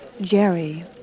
Jerry